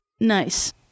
Nice